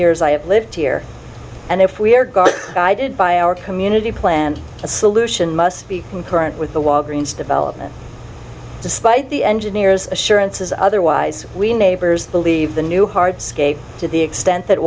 years i have lived here and if we are god guided by our community planned a solution must be concurrent with the walgreens development despite the engineers assurances otherwise we neighbors believe the new hard skate to the extent that